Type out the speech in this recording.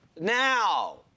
Now